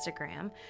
Instagram